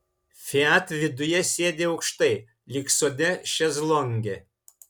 fiat viduje sėdi aukštai lyg sode šezlonge